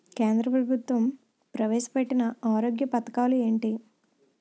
కేంద్ర ప్రభుత్వం ప్రవేశ పెట్టిన ఆరోగ్య పథకాలు ఎంటి?